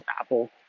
Apple